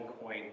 coin